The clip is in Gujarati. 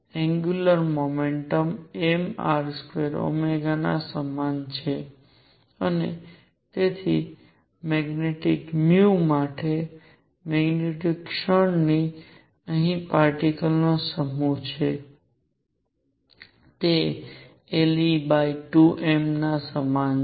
એંગ્યુલર મોમેન્ટમ mR2 ના સમાન છે અને તેથી મેગ્નેટિક માટે મેગ્નીટ્યુડ ક્ષણ ની અહીંના પાર્ટીકલ નો સમૂહ છે તે le2m ના સમાન છે